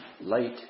light